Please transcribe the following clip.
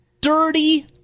dirty